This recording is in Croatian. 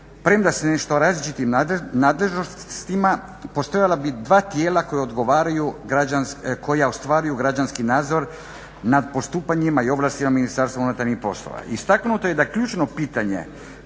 premda se nešto o različitim nadležnostima postojala bi dva tijela koja odgovaraju, koja ostvaruju građanski nadzor nad postupanjima i ovlastima Ministarstva unutarnjih poslova. Istaknuto je da ključno pitanje